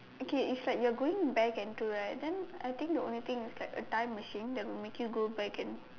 okay if like you are going back into right then I think the only thing is like a time machine that will make you go back and